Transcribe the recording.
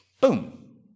Boom